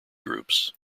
groups